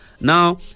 Now